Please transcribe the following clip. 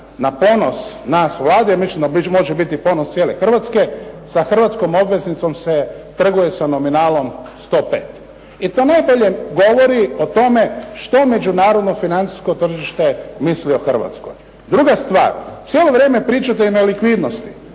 na ponos nas Vlade i može biti na ponos cijele Hrvatske, sa hrvatskom obveznicom se trguje sa nominalnom 105. I to najbolje govori o tome što međunarodno financijsko tržište misli o Hrvatskoj. Druga stvar. Cijelo vrijeme pričate o nelikvidnosti.